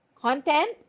content